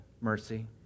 mercy